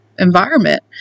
environment